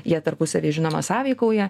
jie tarpusavy žinoma sąveikauja